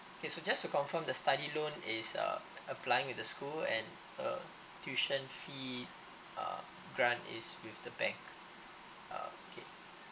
K so just to confirm the study loan is uh applying with the school and uh tuition fee um grant is with the bank uh okay